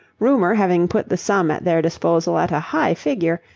rumour having put the sum at their disposal at a high figure,